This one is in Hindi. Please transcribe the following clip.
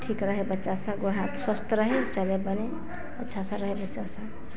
ठीक रहे बच्चा सगो हा स्वस्थ रहे चले बढ़े और अच्छा सा रहे बच्चा सब